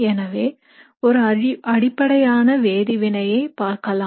எனவே ஒரு அடிப்படையான வேதிவினையை பார்க்கலாம்